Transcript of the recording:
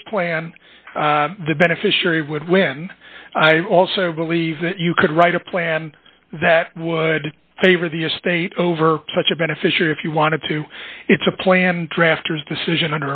this plan the beneficiary would win i also believe that you could write a plan that would favor the estate over such a beneficiary if you wanted to it's a plan drafters decision